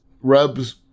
rubs